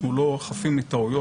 אנחנו לא חפים מטעויות,